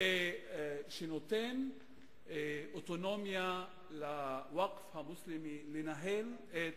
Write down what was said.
שנותן אוטונומיה לווקף המוסלמי לנהל את